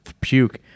puke